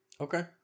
okay